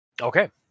Okay